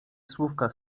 słówka